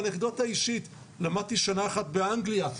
באנקדוטה אישית: למדתי שנה אחת באנגליה.